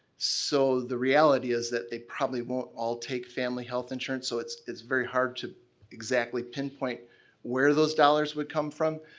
so the reality is that they probably won't all take family health insurance, so it's it's very hard to exactly pinpoint where those dollars would come from.